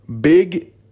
big